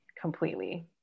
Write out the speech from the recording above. completely